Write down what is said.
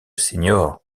senior